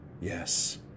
Yes